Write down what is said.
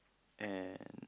and